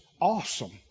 awesome